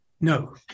No